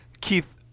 Keith